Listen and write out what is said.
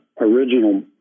original